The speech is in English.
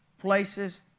places